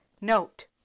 Note